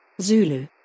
Zulu